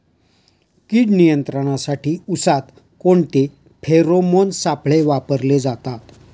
कीड नियंत्रणासाठी उसात कोणते फेरोमोन सापळे वापरले जातात?